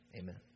amen